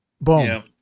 Boom